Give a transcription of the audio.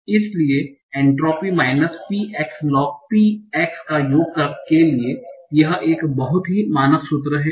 इसलिए entropy minus P x log P x का योग के लिए यह एक बहुत ही मानक सूत्र है